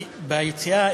ביציאה,